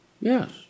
Yes